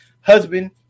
husband